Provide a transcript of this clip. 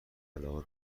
علاقه